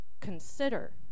consider